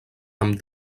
amb